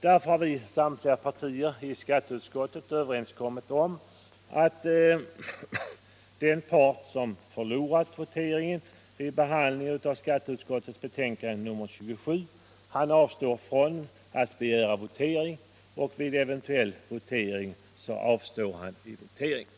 Därför har representanterna för samtliga